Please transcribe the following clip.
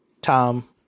Tom